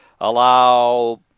allow